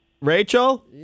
Rachel